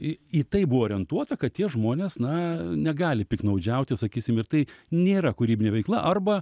į į tai buvo orientuota kad tie žmonės na negali piktnaudžiauti sakysim ir tai nėra kūrybinė veikla arba